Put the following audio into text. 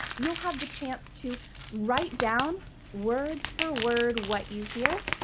you'll have the chance to write down word for word what you hear.